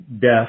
death